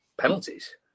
Penalties